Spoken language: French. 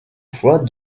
fois